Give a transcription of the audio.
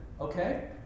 Okay